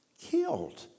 killed